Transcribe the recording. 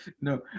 No